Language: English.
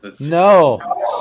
No